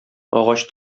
агач